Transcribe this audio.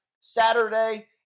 Saturday